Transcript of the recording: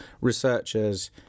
researchers